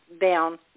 down